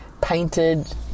painted